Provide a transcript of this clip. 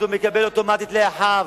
אז הוא מקבל אוטומטית לאחיו.